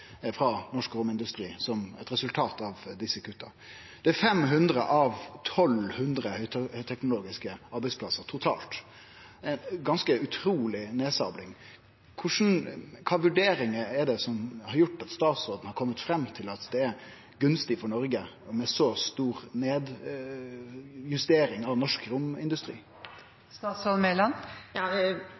frå norsk romindustri som eit resultat av desse kutta. Det er 500 av totalt 1 200 høgteknologiske arbeidsplassar – ei ganske utruleg nedsabling. Kva slags vurderingar har gjort at statsråden har kome fram til at det er gunstig for Noreg med ei så stor nedjustering av norsk